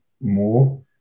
more